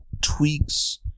tweaks